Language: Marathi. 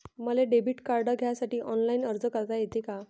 मले डेबिट कार्ड घ्यासाठी ऑनलाईन अर्ज करता येते का?